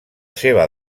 seva